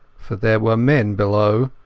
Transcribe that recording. for there were men below,